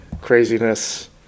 craziness